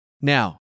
Now